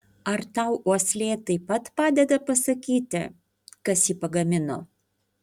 ar tau uoslė taip pat padeda pasakyti kas jį pagamino